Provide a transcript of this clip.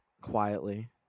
quietly